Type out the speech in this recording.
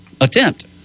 attempt